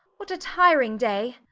what a tiring day.